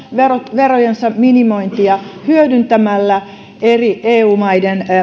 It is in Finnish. verojensa minimointia hyödyntämällä eri eu maiden